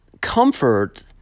comfort